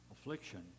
affliction